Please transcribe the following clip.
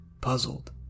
puzzled